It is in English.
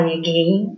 again